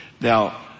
Now